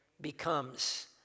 becomes